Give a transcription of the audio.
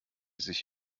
sich